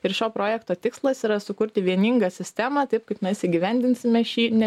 ir šio projekto tikslas yra sukurti vieningą sistemą taip kaip mes įgyvendinsime šį ne